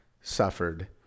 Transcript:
suffered